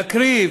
להקריב